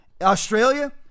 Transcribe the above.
Australia